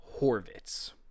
Horvitz